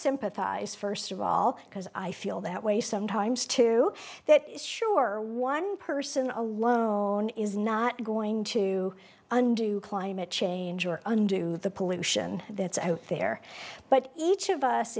sympathize first of all because i feel that way sometimes too that is sure one person alone is not going to undo climate change or undo the pollution that's out there but each of us